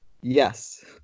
Yes